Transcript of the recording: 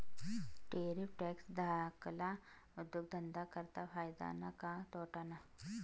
Tariff tax धाकल्ला उद्योगधंदा करता फायदा ना का तोटाना?